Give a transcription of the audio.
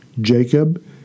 Jacob